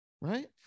right